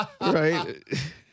right